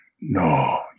No